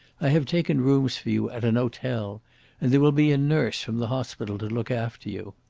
i have taken rooms for you at an hotel, and there will be a nurse from the hospital to look after you.